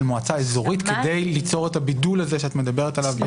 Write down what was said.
מועצה אזורית כדי ליצור את הבידול הזה שאת מדברת עליו.